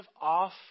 off